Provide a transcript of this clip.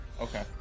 Okay